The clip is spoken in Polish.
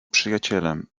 przyjacielem